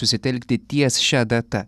susitelkti ties šia data